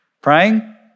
Praying